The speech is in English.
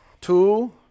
two